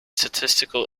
statistical